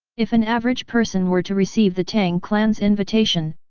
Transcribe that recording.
if an average person were to receive the tang clan's invitation,